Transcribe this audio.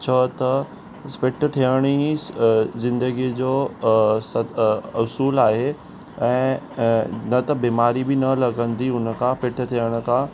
छो त फिट थियण ई स अ ज़िंदगी जो असूल आहे ऐं अ न त बीमारी बि न लॻंदी हुनखां फिट थियण खां